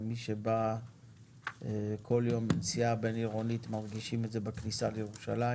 למי שבא כל יום בנסיעה בין עירונית מרגישים את זה בכניסה לירושלים